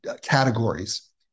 categories